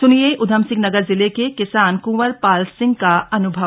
सुनिए उधमसिंह नगर जिले के किसान कुंवर पाल सिंह का अनुभव